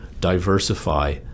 diversify